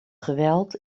geweld